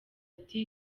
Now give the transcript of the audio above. ati